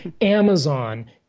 Amazon